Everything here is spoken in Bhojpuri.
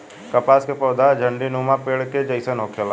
कपास के पौधा झण्डीनुमा पेड़ के जइसन होखेला